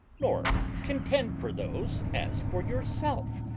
nor contend for those as for your self,